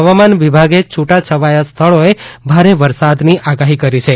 હવામાન વિભાગે છૂટાછવાયાં સ્થળોએ ભારે વરસાદની આગાહી કરી છે